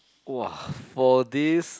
!wah! for this